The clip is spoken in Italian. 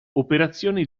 operazioni